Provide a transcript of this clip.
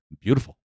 Beautiful